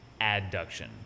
adduction